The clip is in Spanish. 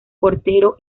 portero